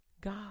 God